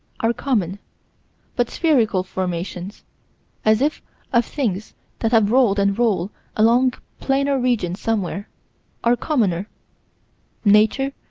are common but spherical formations as if of things that have rolled and rolled along planar regions somewhere are commoner nature,